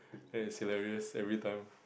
ya it's hilarious everytime